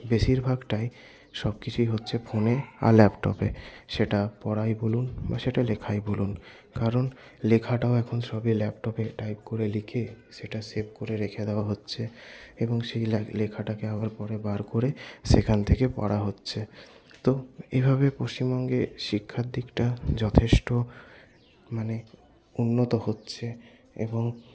বেশিরভাগটাই সবকিছুই হচ্ছে ফোনে আর ল্যাপটপে সেটা পড়াই বলুন বা সেটা লেখাই বলুন কারণ লেখাটাও এখন সবাই ল্যাপটপে টাইপ করে লিখে সেটা সেভ করে রেখে দেওয়া হচ্ছে এবং সেই লেখাটাকে আবার পরে বার করে সেখান থেকে পড়া হচ্ছে তো এভাবে পশ্চিমবঙ্গে শিক্ষার দিকটা যথেষ্ট মানে উন্নত হচ্ছে এবং